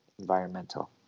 environmental